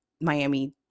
Miami